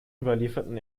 überlieferten